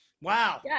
Wow